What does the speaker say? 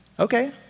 okay